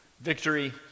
victory